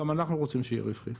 גם אנחנו רוצים שיהיה רווחי,